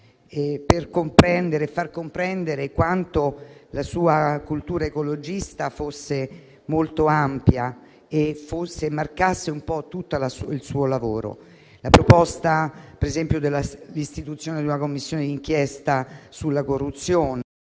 per far comprendere quanto la sua cultura ecologista fosse molto ampia e come marcasse un po' tutto il suo lavoro. Penso, per esempio, alla proposta dell'istituzione di una Commissione d'inchiesta sulla corruzione;